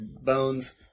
bones